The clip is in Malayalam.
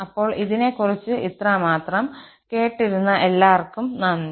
അപ്പോൾ ഇതിനെക്കുറിച്ചു ഇത്രമാത്രം കേട്ടിരുന്ന എല്ലാര്ക്കും നന്ദി